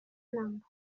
namba